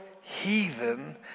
heathen